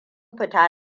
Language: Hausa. fita